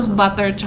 butter